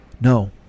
No